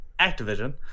Activision